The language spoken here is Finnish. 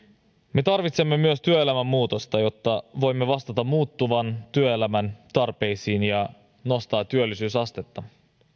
me tarvitsemme myös työelämän muutosta jotta voimme vastata muuttuvan työelämän tarpeisiin ja nostaa työllisyysastetta